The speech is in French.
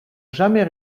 jamais